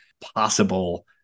possible